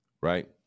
right